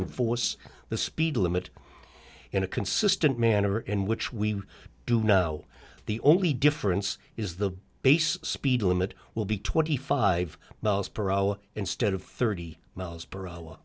enforce the speed limit in a consistent manner in which we do now the only difference is the base speed limit will be twenty five miles per hour instead of thirty miles per hour